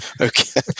okay